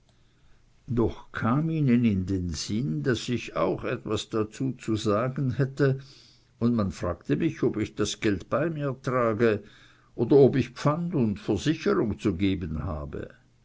doch kam ihnen in den sinn daß ich auch etwas dazu zu sagen hätte und man fragte mich ob ich das geld bei mir trage oder ob ich pfand und versicherung zu geben habe